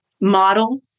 model